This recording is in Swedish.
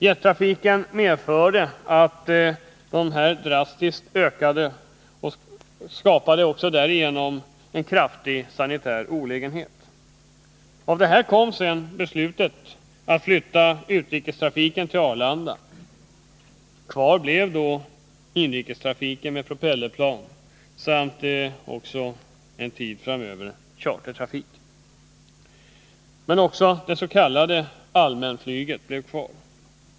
Jettrafiken medförde att dessa drastiskt ökade och också därigenom skapade en kraftig sanitär olägenhet. Därför kom sedan beslutet att flytta utrikestrafiken till Arlanda. Kvar blev inrikestrafiken med propellerplan samt också en tid framöver chartertrafiken. Även det s.k. allmänflyget blev kvar.